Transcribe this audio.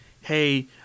hey